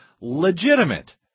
legitimate